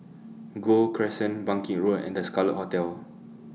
Gul Crescent Bangkit Road and The Scarlet Hotel